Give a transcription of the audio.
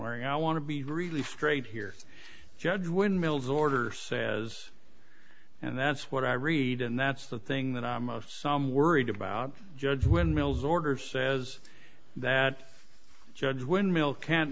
randori i want to be really straight here judge when mills order says and that's what i read and that's the thing that i'm of some worried about judge when mills order says that judge windmill can't